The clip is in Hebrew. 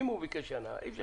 אם הוא ביקש שנה, אי-אפשר.